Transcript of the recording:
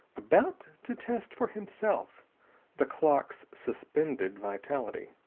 about to test for himself the clock's suspended vitality.